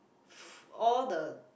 all the